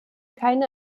keine